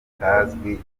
kitazwi